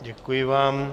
Děkuji vám.